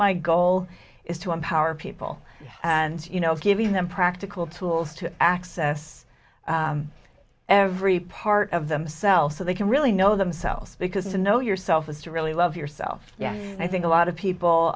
my goal is to empower people and you know giving them practical tools to access every part of themselves so they can really know themselves because they know yourself is to really love yourself yeah and i think a lot of people